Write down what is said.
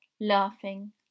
laughing